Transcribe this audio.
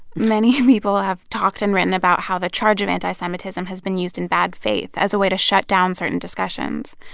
many people have talked and written about how the charge of anti-semitism has been used in bad faith as a way to shut down certain discussions.